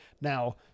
Now